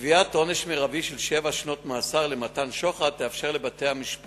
קביעת עונש מרבי של שבע שנים למתן שוחד תאפשר לבתי-המשפט